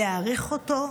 להעריך אותו.